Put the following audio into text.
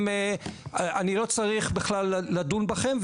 אנחנו לא צריכים לדון בכם,